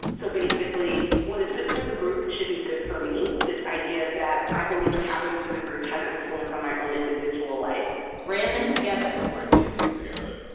so basically, what is good for the group should be good for me this idea that i believe what happens to the group has an influence on my own individual life we're in this together we're in this together.